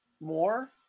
more